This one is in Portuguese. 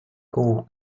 com